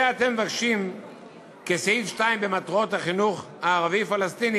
את זה אתם מבקשים כסעיף (2) במטרות החינוך הערבי-פלסטיני,